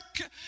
work